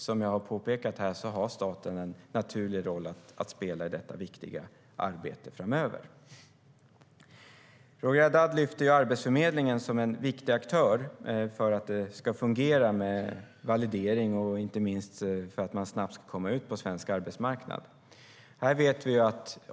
Som jag påpekat har staten en naturlig roll att spela i det viktiga arbetet framöver. Roger Haddad tog upp Arbetsförmedlingen som en viktig aktör för att valideringen ska fungera och inte minst för att man snabbt ska komma ut på svensk arbetsmarknad.